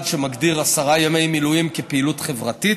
שמגדיר עשרה ימי מילואים כפעילות חברתית.